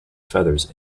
feathers